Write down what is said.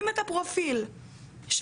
הוא לא יכול לפתוח עוד פרופיל?